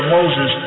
Moses